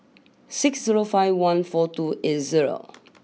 six zero five one four two eight zero